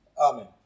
Amen